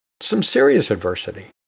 some serious adversity.